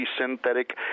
synthetic